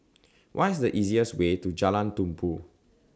What IS The easiest Way to Jalan Tumpu